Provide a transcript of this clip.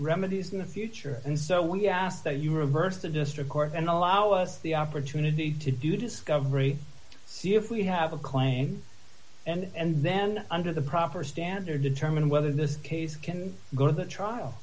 remedies in the future and so we ask that you reverse the district court and allow us the opportunity to do discovery see if we have a claim and then under the proper standard to determine whether this case can go to the trial